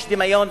יש דמיון,